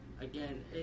again